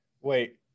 Wait